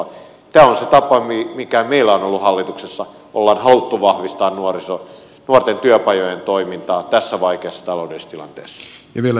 tämä on se tapa mikä meillä on ollut hallituksessa ollaan haluttu vahvistaa nuorten työpajojen toimintaa tässä vaikeassa taloudellisessa tilanteessa